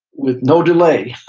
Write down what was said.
with no delay.